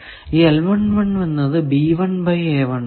ഈ എന്നത് ആണ്